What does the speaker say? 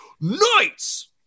Knights